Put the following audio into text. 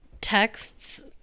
texts